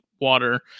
water